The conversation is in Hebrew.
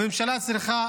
הממשלה צריכה